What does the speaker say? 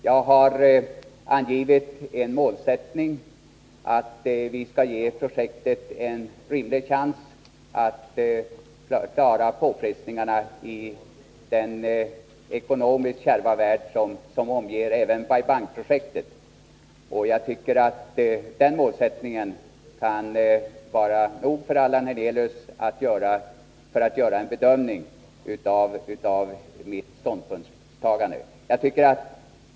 Jag har angivit som målsättning att vi skall ge projektet en rimlig chans att klara påfrestningarna i den ekonomiskt kärva värld som omger även Bai Bang-projektet. Den målsättningen borde räcka för att Allan Hernelius skall kunna göra en bedömning av min ståndpunkt.